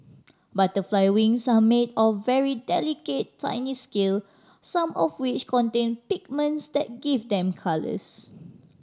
butterfly wings are made of very delicate tiny scale some of which contain pigments that give them colours